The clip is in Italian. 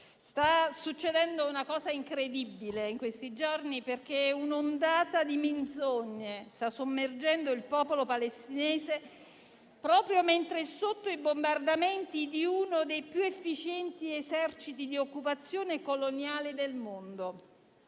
Sta succedendo una cosa incredibile in questi giorni, perché un'ondata di menzogne sta sommergendo il popolo palestinese proprio mentre è sotto i bombardamenti di uno dei più efficienti eserciti di occupazione coloniale del mondo.